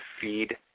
feed